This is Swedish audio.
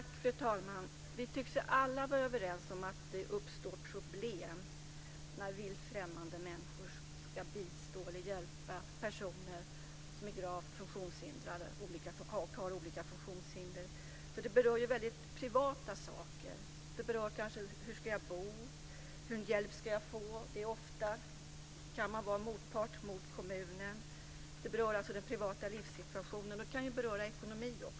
Fru talman! Vi tycks alla vara överens om att det uppstår problem när vilt främmande människor ska bistå eller hjälpa personer som är gravt funktionshindrade. Det berör ju väldigt privata saker. Det berör kanske hur man ska bo och vilken hjälp man ska få. Ofta kan man vara motpart mot kommunen. Det berör alltså den privata livssituationen. Det kan också beröra ekonomin.